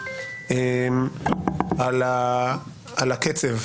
על הקצב,